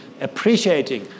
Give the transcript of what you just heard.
appreciating